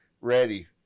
ready